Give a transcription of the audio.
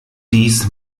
dies